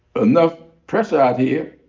enough press out here,